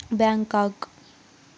Bangkok